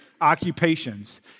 occupations